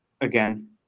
again